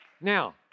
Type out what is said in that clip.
Now